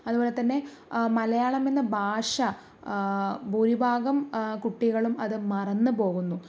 അതുപോലെ തന്നെ മലയാളം എന്ന ഭാഷ ഭൂരിഭാഗം കുട്ടികളും അത് മറന്ന് പോകുന്നു